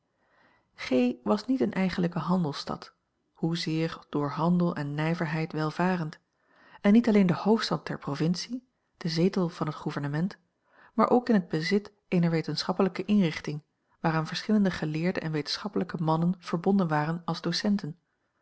was niet eene eigenlijke handelsstad hoezeer door handel en nijverheid welvarend en niet alleen de hoofdstad der provincie de zetel van het gouvernement maar ook in het bezit eener wetenschappelijke inrichting waaraan verschillende geleerde en wetenschappelijke mannen verbonden waren als docenten